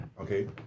Okay